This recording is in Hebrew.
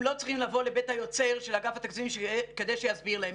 הם לא צריכים לבוא לבית היוצר של אגף התקציבים כדי שיסביר להם.